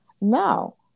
No